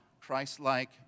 Christ-like